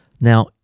Now